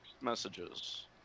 messages